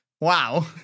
wow